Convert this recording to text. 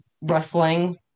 Wrestling